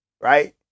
Right